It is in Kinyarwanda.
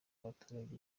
abaturage